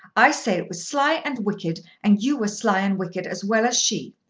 i say it was sly and wicked and you were sly and wicked as well as she.